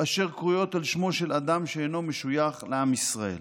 אשר קרויות על שמו של אדם שאינו משויך לעם ישראל.